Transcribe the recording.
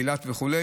אילת וכו',